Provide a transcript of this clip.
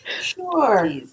Sure